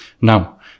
Now